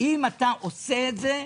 אם אתה עושה את זה,